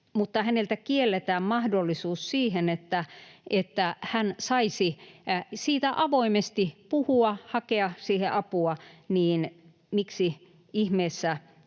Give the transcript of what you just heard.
mutta häneltä kielletään mahdollisuus siihen, että hän saisi siitä avoimesti puhua, hakea siihen apua, niin miksi ihmeessä